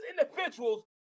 individuals